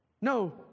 no